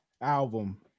album